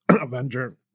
Avenger